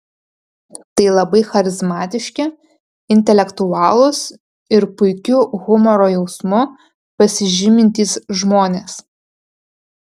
tai labai charizmatiški intelektualūs ir puikiu humoro jausmu pasižymintys žmonės